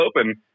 open